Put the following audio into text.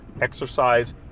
exercise